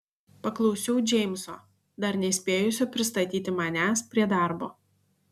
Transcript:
paklausiau džeimso dar nespėjusio pristatyti manęs prie darbo